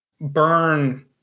burn